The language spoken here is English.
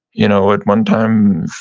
you know at one time